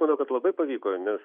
manau kad labai pavyko nes